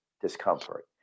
discomfort